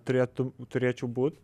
turėtų turėčiau būt